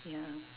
ya